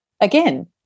Again